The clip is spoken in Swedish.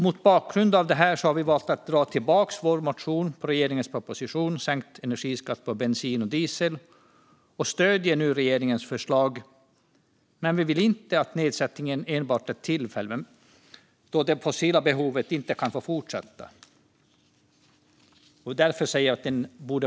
Mot bakgrund av detta har vi valt att dra tillbaka vår motion med anledning av regeringens proposition Sänkt energiskatt på bensin och d iesel och stöder nu regeringens förslag. Men vi vill att nedsättningen endast blir tillfällig då det fossila behovet inte kan få fortsätta.